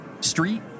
street